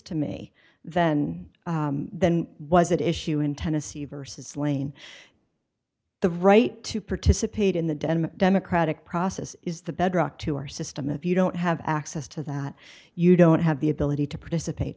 to me than then was that issue in tennessee versus lane the right to participate in the dead and democratic process is the bedrock to our system if you don't have access to that you don't have the ability to participate